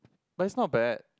but it's not bad